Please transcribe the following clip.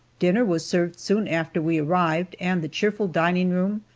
dinner was served soon after we arrived, and the cheerful dining room,